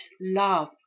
love